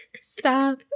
Stop